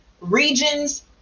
regions